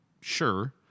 sure